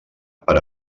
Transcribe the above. per